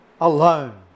alone